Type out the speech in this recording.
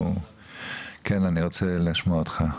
(היו"ר ישראל אייכלר) כן, אני רוצה לשמוע אותך.